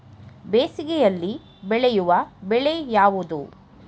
ಬೇಸಿಗೆಯಲ್ಲಿ ಬೆಳೆಯುವ ಬೆಳೆ ಯಾವುದು?